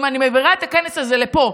אם אני מעבירה את הכנס הזה לפה,